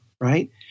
right